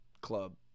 club